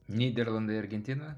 nyderlandai argentina